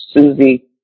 Susie